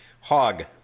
Hog